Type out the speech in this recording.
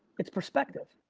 it's perspective.